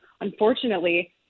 unfortunately